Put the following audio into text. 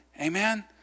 Amen